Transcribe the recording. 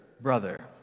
brother